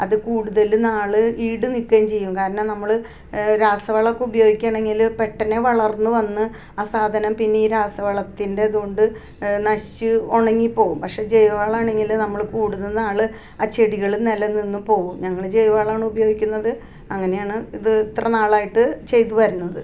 അത് കൂടുതൽ നാൾ ഈട് നിൽക്കുകയും ചെയ്യും കാരണം നമ്മൾ രാസ വളമൊക്കെ ഉപയോഗിക്കുക ആണെങ്കിൽ പെട്ടെന്ന് വളർന്ന് വന്ന് ആ സാധനം പിന്നീട് രാസവളത്തിൻ്റെ ഇത് കൊണ്ട് നശിച്ച് ഉണങ്ങി പോവും പക്ഷെ ജൈവവളമാണങ്കിൽ നമ്മൾ കൂടുതൽ നാൾ ആ ചെടികൾ നില നിന്ന് പോവും ഞങ്ങൾ ജൈവ വളമാണ് ഉപയോഗിക്കുന്നത് അങ്ങനെയാണ് ഇത് ഇത്ര നാളായിട്ട് ചെയ്ത് വരുന്നത്